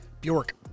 Bjork